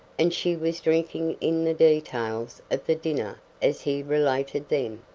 and she was drinking in the details of the dinner as he related them.